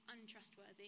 untrustworthy